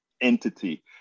entity